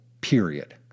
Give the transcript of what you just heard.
period